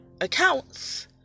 accounts